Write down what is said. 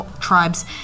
tribes